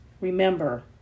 remember